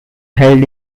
held